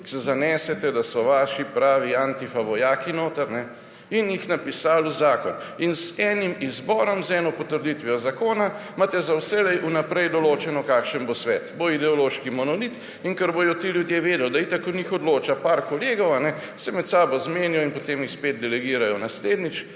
ker se zanesete, da so vaši pravi antifa vojaki notri, in ste jih napisali v zakon. Z enim izborom, z eno potrditvijo zakona imate za vselej v naprej določeno, kakšen bo svet. To bo ideološki monolit in ker bodo ti ljudje vedeli, da itak o njih odloča nekaj kolegov, se med sabo zmenijo in potem jih spet delegirajo. Naslednjič